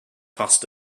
passed